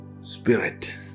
spirit